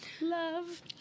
love